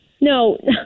No